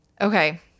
Okay